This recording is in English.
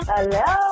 Hello